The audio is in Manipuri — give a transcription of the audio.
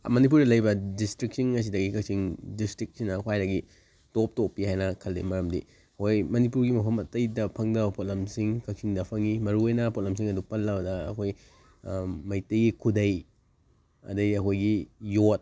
ꯃꯅꯤꯄꯨꯔꯗ ꯂꯩꯕ ꯗꯤꯁꯇ꯭ꯔꯤꯛꯁꯤꯡ ꯑꯁꯤꯗꯒꯤ ꯀꯥꯛꯆꯤꯡ ꯗꯤꯁꯇ꯭ꯔꯤꯛꯁꯤꯅ ꯈ꯭ꯋꯥꯏꯗꯒꯤ ꯇꯣꯞ ꯇꯣꯞꯄꯤ ꯍꯥꯏꯅ ꯈꯜꯂꯤ ꯃꯔꯝꯗꯤ ꯍꯣꯏ ꯃꯅꯤꯄꯨꯔꯒꯤ ꯃꯐꯝ ꯑꯇꯩꯗ ꯐꯪꯗꯕ ꯄꯣꯠꯂꯝꯁꯤꯡ ꯀꯥꯛꯆꯤꯡꯗ ꯐꯪꯉꯤ ꯃꯔꯨ ꯑꯣꯏꯅ ꯄꯣꯠꯂꯝꯁꯤꯡ ꯑꯗꯨ ꯄꯜꯂꯕꯗ ꯑꯩꯈꯣꯏ ꯃꯩꯇꯩꯒꯤ ꯈꯨꯗꯩ ꯑꯗꯒꯤ ꯑꯩꯈꯣꯏꯒꯤ ꯌꯣꯠ